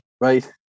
right